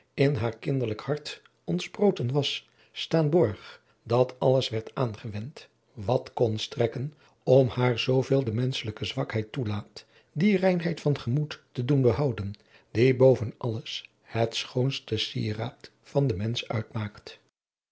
in haar kinderlijk hart ontsproten was staan borg dat alles werd aangewend wat kon strekken om haar zooveel de menschelijke zwakheid toelaat die reinheid van gemoed te doen behouden die boven alles het schoonste sieraad van den mensch uitmaakt